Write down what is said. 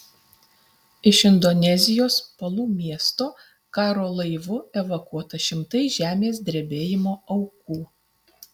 iš indonezijos palu miesto karo laivu evakuota šimtai žemės drebėjimo aukų